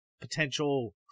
Potential